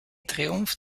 triumph